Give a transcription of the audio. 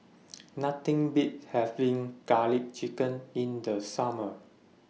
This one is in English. Nothing Beats having Garlic Chicken in The Summer